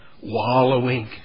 Wallowing